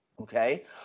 okay